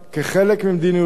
כחלק ממדיניותו,